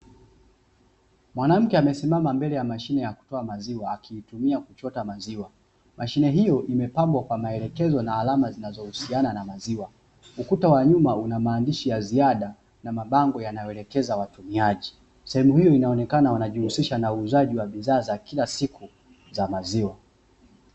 Mwanamke amesimama mbele ya mashine ya kutoa maziwa akiitumia kuchota maziwa, mashine hiyo imepambwa kwa maelekezo na alama zinazohusiana na maziwa ukuta wa nyuma una maandishi ya ziada na mabango yanayoelekeza watumiaji, sehemu hiyo inaonekana wanajihusisha na uuzaji wa bidhaa za kila siku za maziwa.